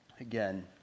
again